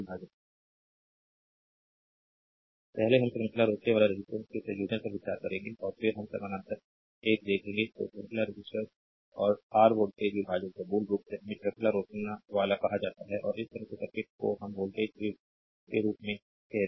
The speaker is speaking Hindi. स्लाइड टाइम देखें 1505 पहले हम श्रृंखला रोकनेवाला रेसिस्टर्स के संयोजन पर विचार करेंगे और फिर हम समानांतर एक देखेंगे तो श्रृंखला रेसिस्टर्स और आर वोल्टेज विभाजन तो मूल रूप से इसे श्रृंखला रोकनेवाला कहा जाता है और इस तरह के सर्किट को हम वोल्टेज विभक्त के रूप में कहते हैं